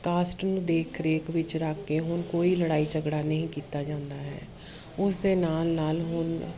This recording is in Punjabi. ਕਾਸਟ ਨੂੰ ਦੇਖ ਰੇਖ ਵਿੱਚ ਰੱਖ ਕੇ ਹੁਣ ਕੋਈ ਲੜਾਈ ਝਗੜਾ ਨਹੀਂ ਕੀਤਾ ਜਾਂਦਾ ਹੈ ਉਸ ਦੇ ਨਾਲ ਨਾਲ ਹੁਣ